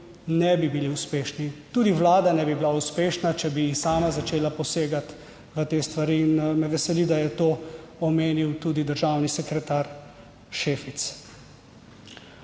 ne bi bili uspešni. Tudi Vlada ne bi bila uspešna, če bi sama začela posegati v te stvari in me veseli, da je to omenil tudi državni sekretar Šefic.